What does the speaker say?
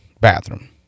bathroom